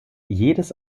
jedes